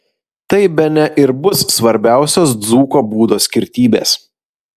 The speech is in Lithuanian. tai bene ir bus svarbiausios dzūko būdo skirtybės